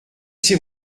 c’est